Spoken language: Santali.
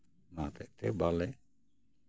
ᱚᱱᱟ ᱦᱚᱛᱮᱜ ᱛᱮ ᱵᱟᱞᱮ